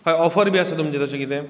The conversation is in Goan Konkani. कांय ऑफर बिन आसा तुमची तशें कितें